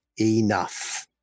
enough